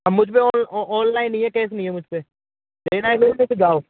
अब मुझमें ऑनलाइन नहीं है कैस नहीं है मुझपर लेना है लो नहीं तो जाओ